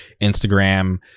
instagram